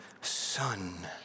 son